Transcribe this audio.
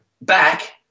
back